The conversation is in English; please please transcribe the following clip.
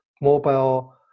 mobile